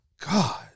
God